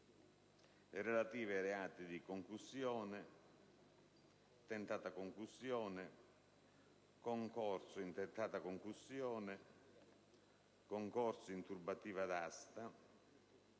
relative ai reati di concussione, tentata concussione, concorso in tentata concussione, concorso in turbativa d'asta,